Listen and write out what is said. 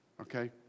Okay